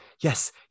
yes